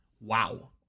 Wow